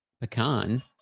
Pecan